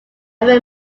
every